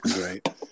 Right